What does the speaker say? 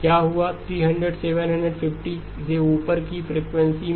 क्या हुआ 3750 से ऊपर की फ्रीक्वेंसी में